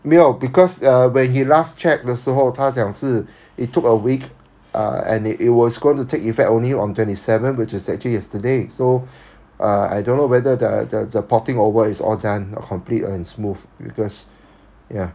没有 because uh when he last check 的时候他讲是 it took a week uh and it it was going to take effect only on twenty seven which is actually yesterday so uh I don't know whether the the the porting over is all done or complete and smooth because ya